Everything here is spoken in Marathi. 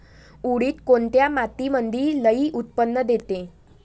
उडीद कोन्या मातीमंदी लई उत्पन्न देते?